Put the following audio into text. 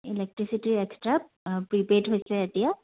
electricity extra prepaid হৈছে এতিয়া